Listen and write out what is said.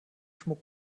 schmuck